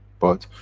but,